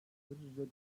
reddediyor